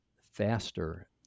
faster